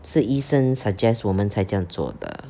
是医生 suggest 我们才这样做的